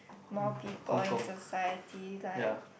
more people in society like